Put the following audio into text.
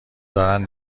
دارن